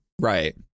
Right